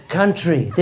country